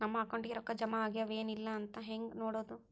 ನಮ್ಮ ಅಕೌಂಟಿಗೆ ರೊಕ್ಕ ಜಮಾ ಆಗ್ಯಾವ ಏನ್ ಇಲ್ಲ ಅಂತ ಹೆಂಗ್ ನೋಡೋದು?